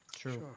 True